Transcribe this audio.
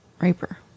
Raper